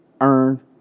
earn